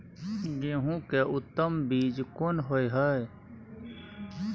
गेहूं के उत्तम बीज कोन होय है?